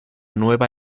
nueva